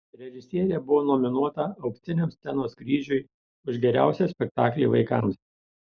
režisierė buvo nominuota auksiniam scenos kryžiui už geriausią spektaklį vaikams